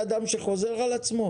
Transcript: דבריך.